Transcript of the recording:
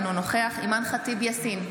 אינו נוכח אימאן ח'טיב יאסין,